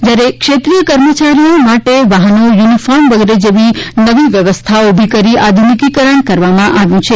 જ્યારે ક્ષેત્રિય કર્મચારીઓ માટે વાહનો યૂનિફોર્મ વગેરે જેવી નવી વ્યવસ્થાઓ ઉભી કરી આધુનિકરણ કરવામાં આવેલ છે